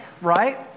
Right